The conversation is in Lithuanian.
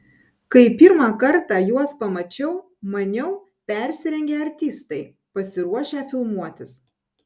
kai pirmą kartą juos pamačiau maniau persirengę artistai pasiruošę filmuotis